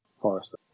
Forest